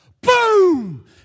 boom